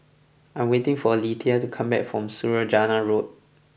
I am waiting for Alethea to come back from Saujana Road